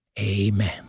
amen